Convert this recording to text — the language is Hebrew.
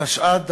התשע"ד 2014,